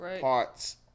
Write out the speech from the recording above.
parts